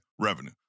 revenue